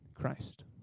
Christ